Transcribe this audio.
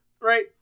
Right